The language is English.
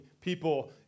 people